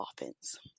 offense